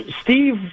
Steve